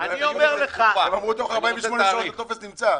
הם אמרו שתוך 48 שעות הטופס נמצא.